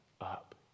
up